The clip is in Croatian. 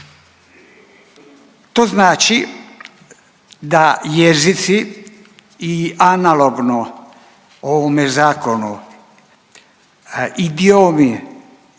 To znači da jezici i analogno ovome zakonu idiomi